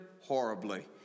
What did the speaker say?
horribly